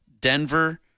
Denver